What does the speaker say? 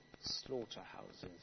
slaughterhouses